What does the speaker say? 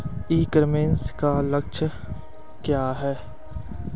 ई commerce का लक्ष्य क्या है?